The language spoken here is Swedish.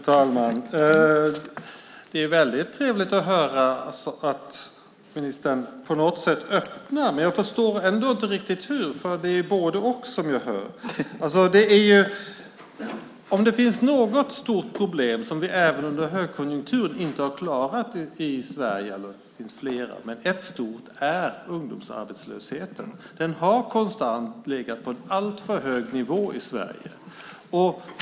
Fru talman! Det är väldigt trevligt att höra att ministern på något sätt öppnar, men jag förstår inte riktigt hur eftersom det är både-och som jag hör. Om det finns något stort problem som vi inte har klarat i Sverige ens under högkonjunktur - det finns flera - så är det ungdomsarbetslösheten. Den har konstant legat på en alltför hög nivå i Sverige.